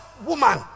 woman